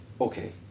Okay